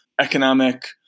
economic